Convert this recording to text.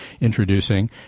introducing